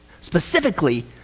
specifically